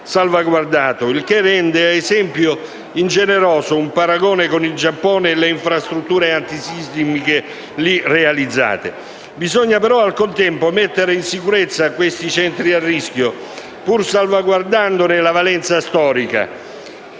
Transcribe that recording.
salvaguardato, il che rende, ad esempio, ingeneroso un paragone con il Giappone e con le infrastrutture antisismiche lì realizzate. Bisogna però, al contempo, mettere in sicurezza questi centri a rischio, pur salvaguardandone la valenza storica.